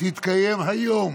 תתקיים היום,